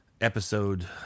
episode